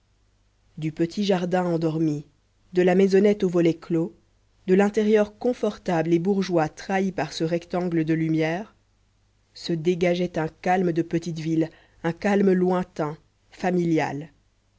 du petit jardin endormi de la maisonnette aux volets clos de l'intérieur confortable et bourgeois trahi par ce rectangle de lumière se dégageait un calme de petite ville un calme lointain familial